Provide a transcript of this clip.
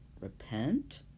Repent